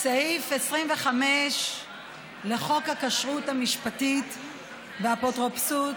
סעיף 25 לחוק הכשרות המשפטית והאפוטרופסות,